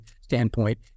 standpoint